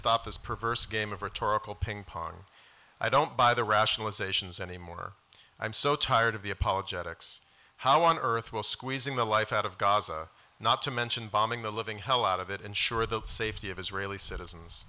stop this perverse game of rhetorical ping pong i don't buy the rationalizations anymore i'm so tired of the apologetics how on earth will squeezing the life out of gaza not to mention bombing the living hell out of it ensure the safety of israeli citizens